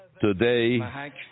Today